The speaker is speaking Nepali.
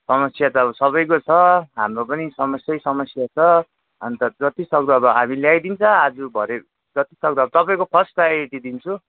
समस्या त अब सबैको छ हाम्रो पनि समस्यै समस्या छ अन्त जतिसक्दो अब हामी ल्याइदिन्छ आज भरे जतिसक्दो अब तपाईँको फर्स्ट प्राओरिटी दिन्छु